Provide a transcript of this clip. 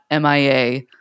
MIA